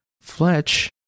Fletch